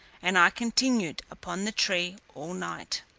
and i continued upon the tree all night.